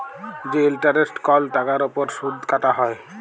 যে ইলটারেস্ট কল টাকার উপর সুদ কাটা হ্যয়